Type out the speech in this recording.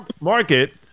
market